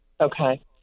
Okay